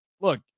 look